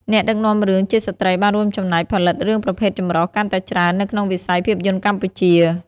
អ្នកដឹកនាំរឿងជាស្ត្រីបានរួមចំណែកផលិតរឿងប្រភេទចម្រុះកាន់តែច្រើននៅក្នុងវិស័យភាពយន្តកម្ពុជា។